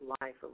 life